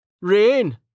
Rain